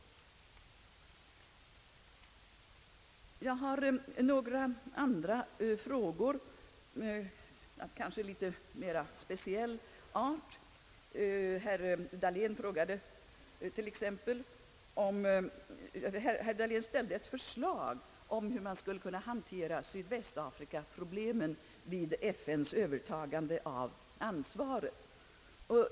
Jag skall så ta upp några frågor av mera speciell art. Herr Dahlén framförde förslag om hur man skulle kunna hantera sydvästafrikaproblemet vid FN:s övertagande av ansvaret.